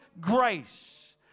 grace